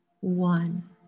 One